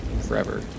forever